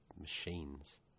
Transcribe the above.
machines